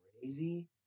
Crazy